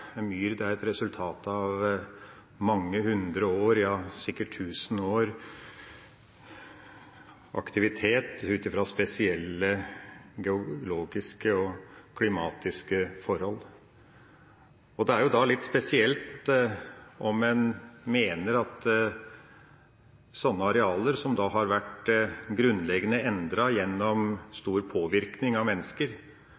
myr et resultat av mange hundre års – ja, sikkert tusen års – aktivitet ut fra spesielle geologiske og klimatiske forhold. Det er da litt spesielt om en mener at sånne arealer, som har vært grunnleggende endret gjennom stor påvirkning av mennesker